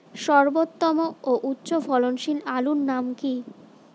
সর্বোত্তম ও উচ্চ ফলনশীল আলুর নাম কি?